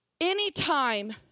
Anytime